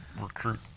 recruit